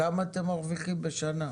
כמה אתם מרוויחים בשנה?